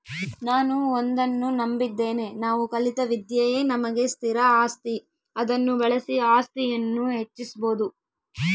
ನಾನು ಒಂದನ್ನು ನಂಬಿದ್ದೇನೆ ನಾವು ಕಲಿತ ವಿದ್ಯೆಯೇ ನಮಗೆ ಸ್ಥಿರ ಆಸ್ತಿ ಅದನ್ನು ಬಳಸಿ ಆಸ್ತಿಯನ್ನು ಹೆಚ್ಚಿಸ್ಬೋದು